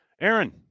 Aaron